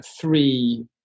three